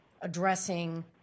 addressing